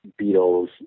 Beatles